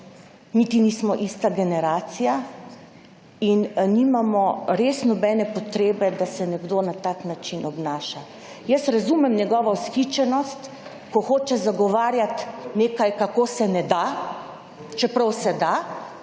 niti nismo ista generacija in nimamo res nobene potrebe, da se nekdo na tak način obnaša. Jaz razumem njegova vzhičenost, ko hoče zagovarjati nekaj kako se ne da, čeprav se da,